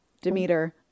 Demeter